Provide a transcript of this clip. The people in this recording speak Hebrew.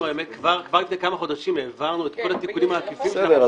כבר לפני כמה חודשים העברנו את כל התיקונים העקיפים --- בסדר,